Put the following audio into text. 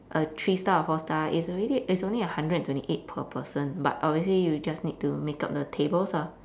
a three star or four star it's already it's only a hundred and twenty eight per person but obviously you just need to make up the tables ah